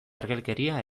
ergelkeria